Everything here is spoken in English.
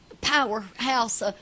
powerhouse